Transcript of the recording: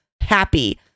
happy